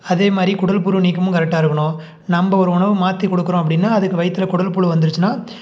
அதே மாதிரி குடல்புழு நீக்கமும் கரெக்டாக இருக்கணும் நம்ம ஒரு உணவு மாற்றி கொடுக்குறோம் அப்படின்னா அதுக்கு வயிற்றுல குடல்புழு வந்துடுச்சுன்னா